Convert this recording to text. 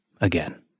again